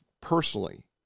personally